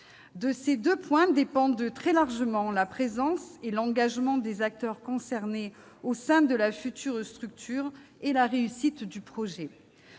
De ces deux points dépendent très largement la présence et l'engagement des acteurs concernés au sein de la future structure et la réussite du projet.